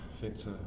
Victor